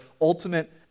ultimate